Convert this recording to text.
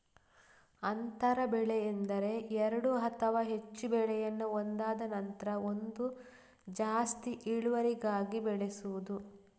ಅಂತರ ಬೆಳೆ ಎಂದರೆ ಎರಡು ಅಥವಾ ಹೆಚ್ಚು ಬೆಳೆಯನ್ನ ಒಂದಾದ ನಂತ್ರ ಒಂದು ಜಾಸ್ತಿ ಇಳುವರಿಗಾಗಿ ಬೆಳೆಸುದು